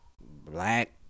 black